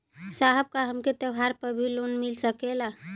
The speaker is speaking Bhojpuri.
साहब का हमके त्योहार पर भी लों मिल सकेला?